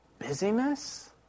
Busyness